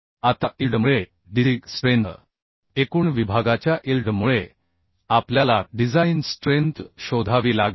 आता इल्ड मुळे design strength एकूण विभागाच्या इल्ड मुळे आपल्याला डिझाइन स्ट्रेंथ शोधावी लागेल